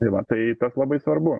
tai va tai labai svarbu